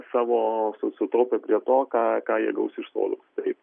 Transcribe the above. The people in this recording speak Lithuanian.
savo sutaupę prie to ką ką jie gaus iš sodros taip